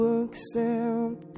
accept